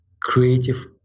creative